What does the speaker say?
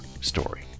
story